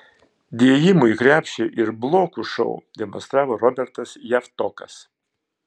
dėjimų į krepšį ir blokų šou demonstravo robertas javtokas